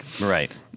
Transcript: Right